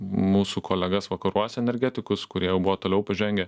mūsų kolegas vakaruos energetikus kurie jau buvo toliau pažengę